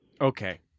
Okay